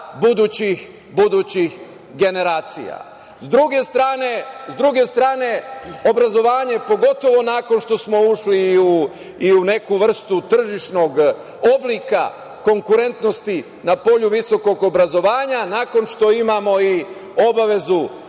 budućih generacija.S druge strane, obrazovanje, pogotovo nakon što smo ušli i u neku vrstu tržišnog oblika konkurentnosti na polju visokog obrazovanja, nakon što imamo i obavezu